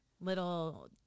little